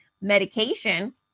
medication